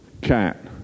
cat